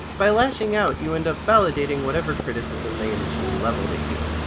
by lashing out, you end up validating whatever criticism they initially leveled at you.